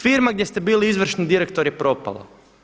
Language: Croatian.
Firma gdje ste bili izvršni direktor je propala.